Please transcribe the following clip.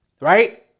Right